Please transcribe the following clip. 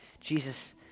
Jesus